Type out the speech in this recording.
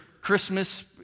Christmas